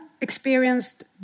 experienced